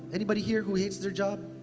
anybody here who hates their job?